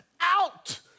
out